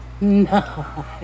No